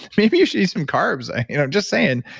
maybe you should eat some carbs. just saying.